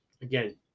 Again